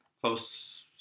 close